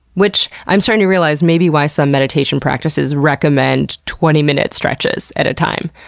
which i'm starting to realize may be why some meditation practices recommend twenty minute stretches at a time.